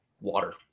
Water